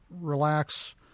relax